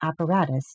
apparatus